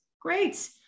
Great